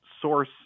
source